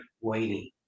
waiting